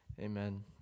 Amen